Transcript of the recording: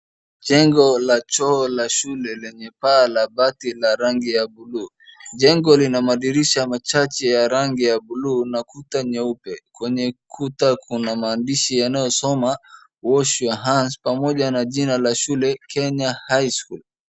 Jengo la choo la shule lenye paa la bati la rangi ya buluu. Jengo lina madirisha machache ya rangi ya buluu na kuta nyeupe. Kwenye kuta kuna maandishi yanayosoma wash your hands pamoja na jina Kenya High School.